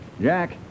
Jack